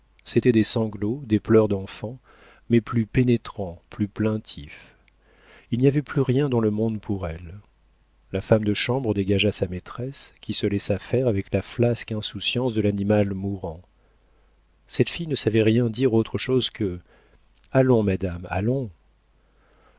c'étaient des sanglots des pleurs d'enfant mais plus pénétrants plus plaintifs il n'y avait plus rien dans le monde pour elle la femme de chambre dégagea sa maîtresse qui se laissa faire avec la flasque insouciance de l'animal mourant cette fille ne savait rien dire autre chose que allons madame allons